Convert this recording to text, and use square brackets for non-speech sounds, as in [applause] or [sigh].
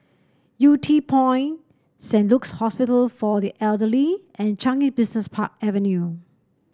Yew Tee Point Saint Luke's Hospital for the Elderly and Changi [unintelligible] Park Avenue